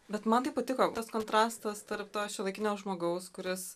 bet man tai patiko tas kontrastas tarp to šiuolaikinio žmogaus kuris